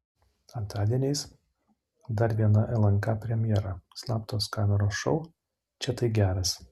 antradieniais dar viena lnk premjera slaptos kameros šou čia tai geras